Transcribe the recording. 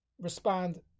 respond